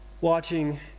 watching